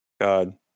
god